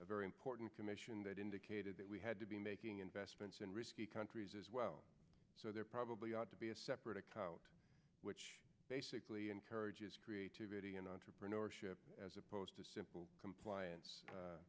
a very important commission that indicated that we had to be making investments in risky countries as well so there probably ought to be a separate account which basically encourages creativity and entrepreneurship as opposed to simple compliance a